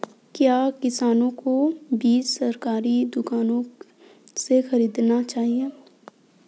क्या किसानों को बीज सरकारी दुकानों से खरीदना चाहिए?